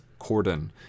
Corden